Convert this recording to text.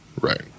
Right